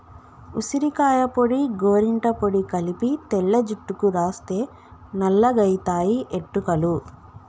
ఉసిరికాయ పొడి గోరింట పొడి కలిపి తెల్ల జుట్టుకు రాస్తే నల్లగాయితయి ఎట్టుకలు